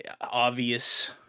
obvious